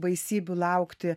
baisybių laukti